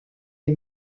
les